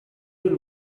will